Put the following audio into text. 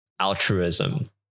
altruism